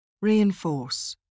Reinforce